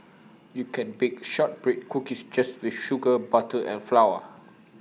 you can bake Shortbread Cookies just with sugar butter and flour